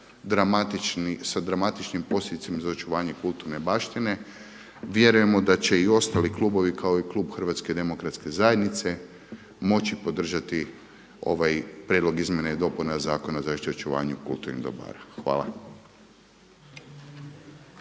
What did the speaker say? sa dramatičnim posljedicama za očuvanje kulturne baštine. Vjerujemo da će i ostali klubovi kao i klub HDZ-a moći podržati ovaj prijedlog izmjena i dopuna Zakona o zaštiti i očuvanju kulturnih dobara. Hvala.